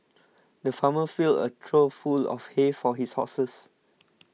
the farmer filled a trough full of hay for his horses